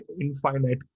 infinite